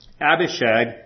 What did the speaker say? Abishag